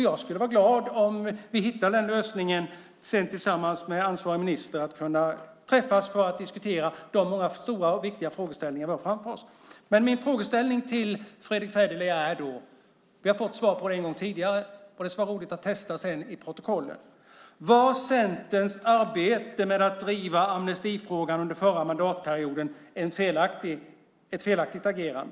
Jag skulle vara glad om vi hittade en lösning tillsammans med ansvarig minister där vi kan träffas för att diskutera de många stora och viktiga frågeställningar vi har framför oss. Jag har en fråga till Fredrick Federley. Vi har fått svar på den tidigare, och det ska bli roligt att jämföra i protokollet. Var Centerns arbete med att driva amnestifrågan under förra mandatperioden ett felaktigt agerande?